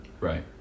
Right